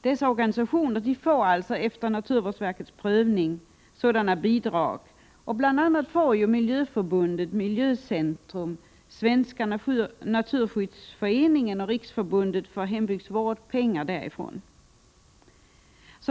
Dessa organisationer får efter naturvårdsverkets prövning sådana bidrag. Bl. a. får Miljöförbundet, Miljöcentrum, Svenska naturskyddsföreningen och Riksförbundet för hembygdsvård pengar därifrån.